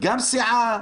גם סיעה,